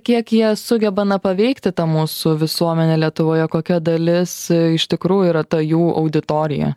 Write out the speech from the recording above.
kiek jie sugeba na paveikti tą mūsų visuomenę lietuvoje kokia dalis iš tikrųjų yra ta jų auditorija